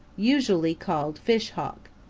usually called fish hawk.